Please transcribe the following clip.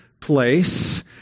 place